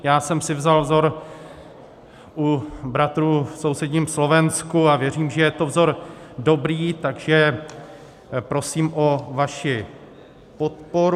Já jsem si vzal vzor u bratrů v sousedním Slovensku a věřím, že je to vzor dobrý, takže prosím o vaši podporu.